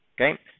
Okay